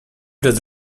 just